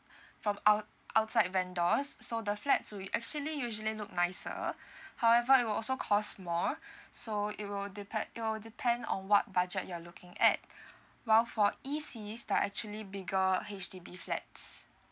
from out~ outside vendors so the flat will actually usually look nicer however it will also cost more so it will depend it will depend on what budget you're looking at while for E_C there're actually bigger H_D_B flats